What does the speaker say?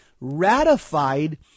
ratified